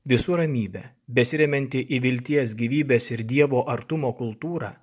visų ramybė besiremianti į vilties gyvybės ir dievo artumo kultūrą